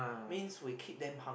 means we keep them hungry